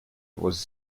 was